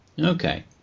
Okay